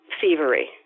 thievery